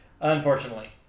Unfortunately